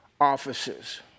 offices